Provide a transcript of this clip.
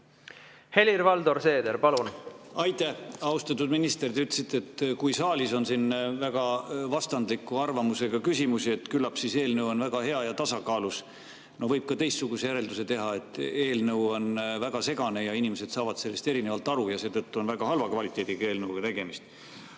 Helir-Valdor Seeder, palun! Aitäh! Austatud minister! Te ütlesite, et saalis on olnud väga vastandliku arvamusega küsimusi ja küllap siis eelnõu on väga hea ja tasakaalus. No võib ka teistsuguse järelduse teha: eelnõu on väga segane ja inimesed saavad sellest erinevalt aru, seetõttu on see väga halva kvaliteediga eelnõu.